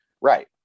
Right